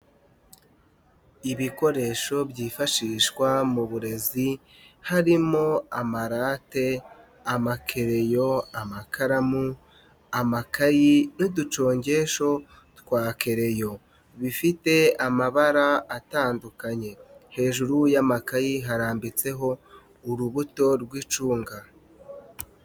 Ibikoresho byifashishwa mu burezi, harimo; amarate, amakereyo, amakaramu ,amakayi, n'uducongesho twa kereyo ,bifite amabara atandukanye ,hejuru y'amakayi harambitseho, urubuto rw'icunga.